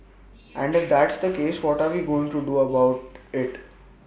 and if that's the case what are we going to do about IT